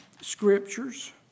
scriptures